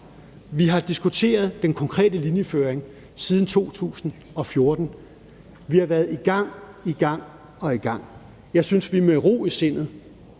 Vi har diskuteret den konkrete linjeføring siden 2014. Vi har været i gang – i gang og i gang. Jeg synes, vi med ro i sindet